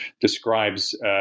describes